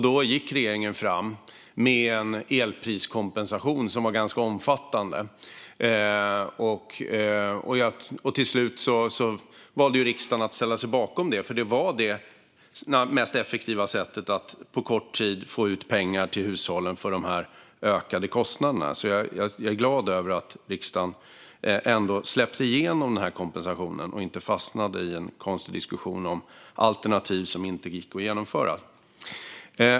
Då gick regeringen fram med en omfattande elpriskompensation. Till slut valde riksdagen att ställa sig bakom kompensationen för de ökade kostnaderna eftersom det var det effektivaste sättet att på kort tid få ut pengar till hushållen. Jag är glad över att riksdagen ändå släppte igenom kompensationen och inte fastnade i en konstig diskussion om alternativ som inte gick att genomföra.